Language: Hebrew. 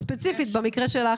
ספציפית במקרה שלך,